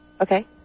Okay